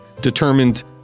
determined